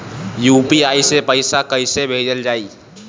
UPI से पैसा कइसे भेजल जाई?